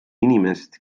inimest